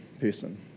person